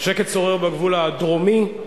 שקט שורר בגבול הדרומי,